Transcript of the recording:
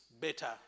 better